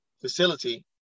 facility